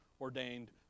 ordained